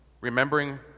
Remembering